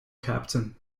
captain